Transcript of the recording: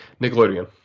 Nickelodeon